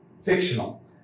fictional